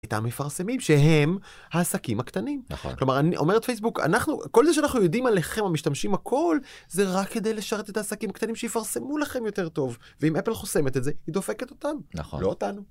איתם מפרסמים שהם העסקים הקטנים, כלומר אני אומר את פייסבוק, כל זה שאנחנו יודעים עליכם המשתמשים הכל זה רק כדי לשרת את העסקים הקטנים שיפרסמו לכם יותר טוב, ואם אפל חוסמת את זה היא דופקת אותנו, נכון, לא אותנו.